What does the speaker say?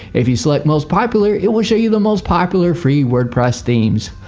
if you select most popular, it will show you the most popular free wordpress themes.